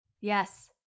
yes